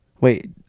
Wait